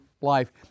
life